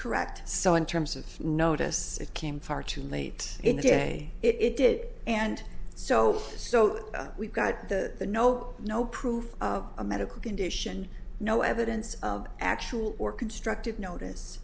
correct so in terms of notice it came far too late in the day it did and so so we've got the no no proof a medical condition no evidence of actual or constructive notice